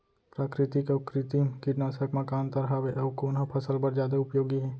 प्राकृतिक अऊ कृत्रिम कीटनाशक मा का अन्तर हावे अऊ कोन ह फसल बर जादा उपयोगी हे?